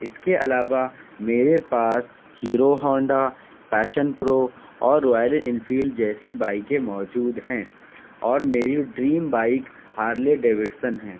اس کے علاوہ میرے پاس ہیرو ہانڈا پیشن پرو اور روائل انفیلڈ جیسی بائیکیں موجود ہیں اور میری ڈریم بائیک ہارلے ڈیوڈسن ہیں